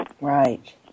right